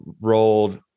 rolled